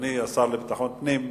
אדוני השר לביטחון פנים,